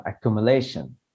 accumulation